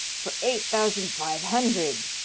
for eight thousand five hundred.